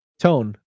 Tone